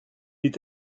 est